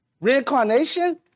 Reincarnation